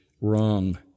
wrong